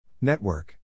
Network